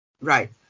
Right